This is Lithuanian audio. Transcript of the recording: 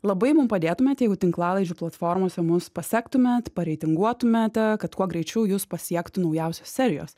labai mum padėtumėt jeigu tinklalaidžių platformose mus pasektumėt pareitinguotumėte kad kuo greičiau jus pasiektų naujausios serijos